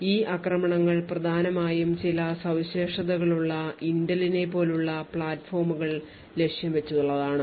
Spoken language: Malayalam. ഈ ആക്രമണങ്ങൾ പ്രധാനമായും ചില സവിശേഷതകളുള്ള ഇന്റലിനെ പോലുള്ള പ്ലാറ്റ്ഫോമുകൾ ലക്ഷ്യം വച്ചുള്ളതാണ്